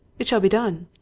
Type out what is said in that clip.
it shall be done.